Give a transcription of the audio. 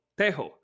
tejo